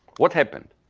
what happened?